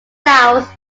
south